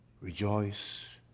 rejoice